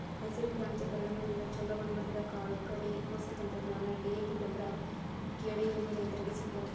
ಹಸಿರು ಕ್ರಾಂತಿಯ ಪರಿಣಾಮದಿಂದ ಚುಲೋ ಗುಣಮಟ್ಟದ ಕಾಳು ಕಡಿ, ಹೊಸ ತಂತ್ರಜ್ಞಾನ, ಡಿ.ಎ.ಪಿಗೊಬ್ಬರ, ಕೇಡೇಎಣ್ಣಿ ರೈತರಿಗೆ ಸಿಕ್ಕವು